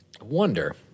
Wonder